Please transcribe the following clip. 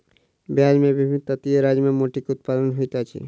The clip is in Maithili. भारत के विभिन्न तटीय राज्य में मोती के उत्पादन होइत अछि